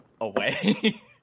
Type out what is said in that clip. away